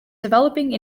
developing